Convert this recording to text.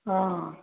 हँ